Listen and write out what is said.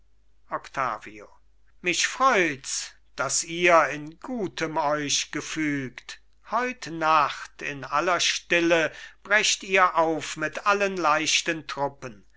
octavio mich freuts daß ihr in gutem euch gefügt heut nacht in aller stille brecht ihr auf mit allen leichten truppen